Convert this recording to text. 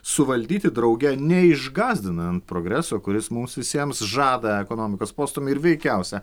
suvaldyti drauge neišgąsdinant progreso kuris mums visiems žada ekonomikos postūmį ir veikiausiai